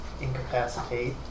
incapacitate